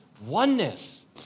oneness